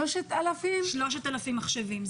3,000 מחשבים?